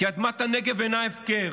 כי אדמת הנגב אינה הפקר.